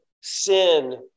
sin